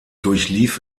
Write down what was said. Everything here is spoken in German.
durchlief